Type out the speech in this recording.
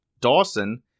Dawson